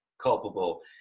culpable